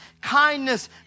kindness